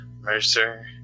Mercer